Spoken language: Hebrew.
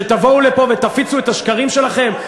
שתבואו לפה ותפיצו את השקרים שלכם,